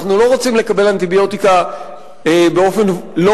אנחנו לא רוצים לקבל אנטיביוטיקה באופן לא